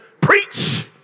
Preach